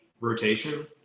rotation